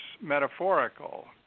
metaphorical